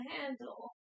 handle